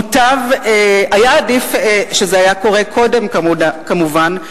היה עדיף שזה היה קורה קודם, כמובן,